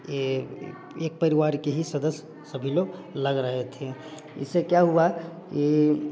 एक परिवार के ही सदस्य सभी लोग लग रहे थे इसे क्या हुआ के